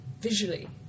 visually